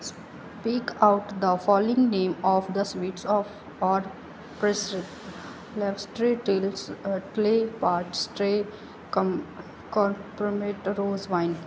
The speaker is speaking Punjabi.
speak out the following name of the sweets of or pastry lapsi tills play pastry come ਕੋਰਪੋਮੇਟ ਰੋਜ ਵਾਈਨ